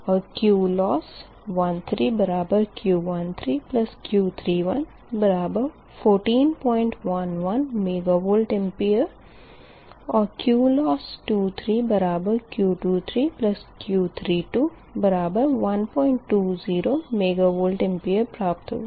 और QLOSS 13 Q13 Q31 बराबर 1411 megawatt और QLOSS 23 Q23 Q32 बराबर 120 मेगवार प्राप्त होगा